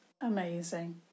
amazing